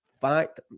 fact